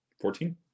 Fourteen